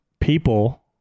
people